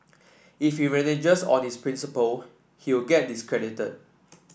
if he reneges on his principle he will get discredited